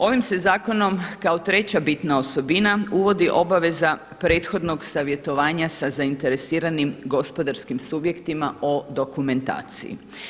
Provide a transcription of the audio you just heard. Ovim se zakonom kao treća bitna osobina uvodi obaveza prethodnog savjetovanja sa zainteresiranim gospodarskim subjektima o dokumentaciji.